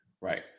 Right